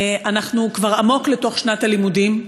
אנחנו כבר עמוק בתוך שנת הלימודים,